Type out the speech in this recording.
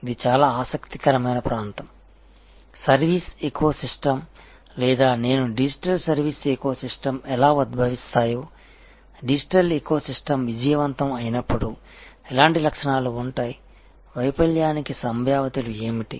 ఇది చాలా ఆసక్తికరమైన ప్రాంతం సర్వీస్ ఎకోసిస్టమ్స్ లేదా నేను డిజిటల్ సర్వీస్ ఎకోసిస్టమ్స్ ఎలా ఉద్భవిస్తాయో డిజిటల్ ఎకోసిస్టమ్ విజయవంతం అయినప్పుడు ఎలాంటి లక్షణాలు ఉంటాయి వైఫల్యానికి సంభావ్యతలు ఏమిటి